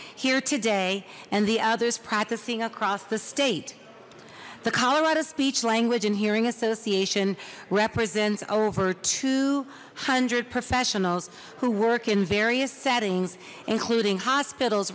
here today and the others practicing across the state the colorado speech language and hearing association represents over two hundred professionals who work in various settings including hospitals